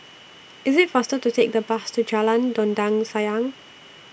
IS IT faster to Take The Bus to Jalan Dondang Sayang